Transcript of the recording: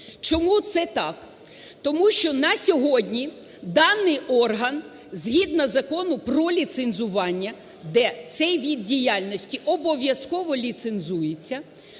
Чому це так? Тому що на сьогодні даний орган згідно Закону про ліцензування, де цей вид діяльності обов'язково ліцензується,